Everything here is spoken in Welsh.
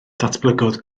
datblygodd